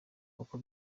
uko